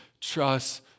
trust